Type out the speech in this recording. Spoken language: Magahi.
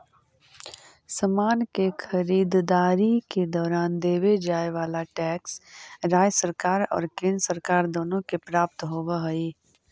समान के खरीददारी के दौरान देवे जाए वाला टैक्स राज्य सरकार और केंद्र सरकार दोनो के प्राप्त होवऽ हई